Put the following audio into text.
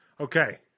Okay